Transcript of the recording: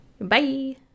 Bye